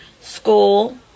school